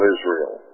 Israel